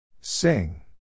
Sing